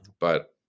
but-